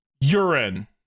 urine